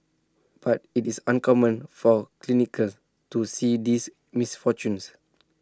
but IT is uncommon for clinicians to see these misfortunes